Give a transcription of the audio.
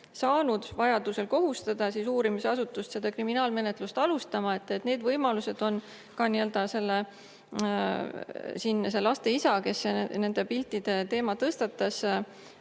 saanud vajadusel kohustada uurimisasutust seda kriminaalmenetlust alustama. Need võimalused on nende laste isa, kes nende piltide teema tõstatas,